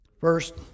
first